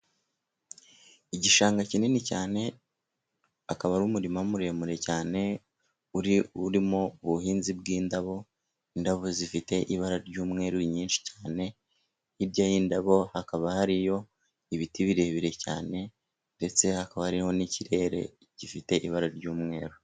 Igishanga kinini cyane, akaba ari umurima muremure cyane urimo ubuhinzi bw'indabo, indabo zifite ibara ry'umweru nyinshi cyane, hirya y'indabo hakaba hariyo ibiti birebire cyane, ndetse hakaba hariho n'ikirere gifite ibara ry'umweru.